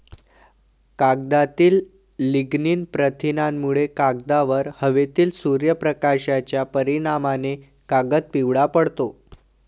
कागदातील लिग्निन प्रथिनांमुळे, कागदावर हवेतील सूर्यप्रकाशाच्या परिणामाने कागद पिवळा पडतो